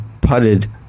putted